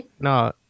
No